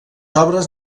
obres